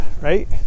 right